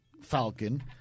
falcon